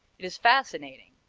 it is fascinating.